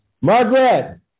Margaret